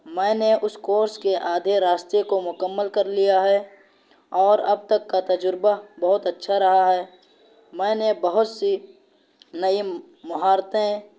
میں نے اس کورس کے آدھے راستے کو مکمل کر لیا ہے اور اب تک کا تجربہ بہت اچھا رہا ہے میں نے بہت سی نئی مہارتیں